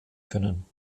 können